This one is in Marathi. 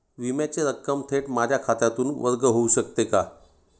विम्याची रक्कम थेट माझ्या खात्यातून वर्ग होऊ शकते का?